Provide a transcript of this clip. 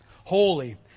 holy